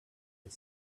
the